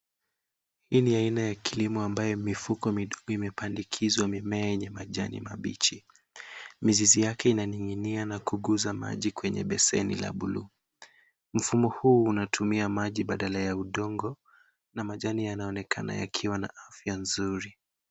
Hii ni aina ya kilimo ambayo mifuko midogo imepandikizwa mimea yenye majani mabichi. Mizizi yake inaning'inia na kuguza maji kwenye beseni la blue . Mfumo huu unatumia maji badala ya udongo, na majani yanaonekana yakiwa na afya nzuri.